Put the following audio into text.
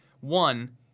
One